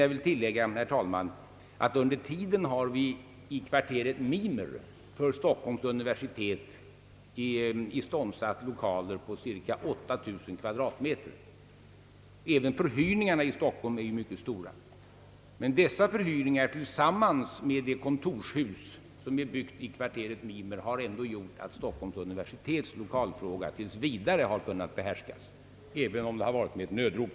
Jag vill dock tillägga, herr talman, att vi under tiden i kvarteret Mimer har iståndsatt lokaler på cirka 8000 kvadratmeter för Stockholms universitet. även förhyrningarna i Stockholm är ju mycket stora. Men dessa förhyrningar tillsammans med kontorshuset i kvarteret Mimer har i alla fall gjort att Stockholms universitets lokalfråga tills vidare kunnat behärskas, även om det varit med ett nödrop.